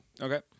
Okay